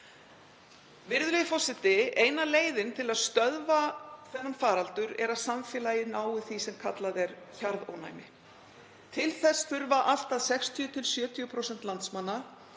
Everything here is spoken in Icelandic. Virðulegi forseti. Eina leiðin til að stöðva þennan faraldur er að samfélagið nái því sem kallað er hjarðónæmi. Til þess þurfa allt að 60–70% landsmanna